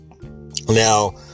Now